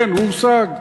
כן, הושג,